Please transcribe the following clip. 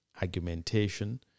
argumentation